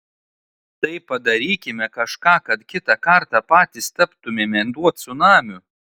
tai padarykime kažką kad kitą kartą patys taptumėme tuo cunamiu